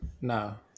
No